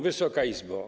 Wysoka Izbo!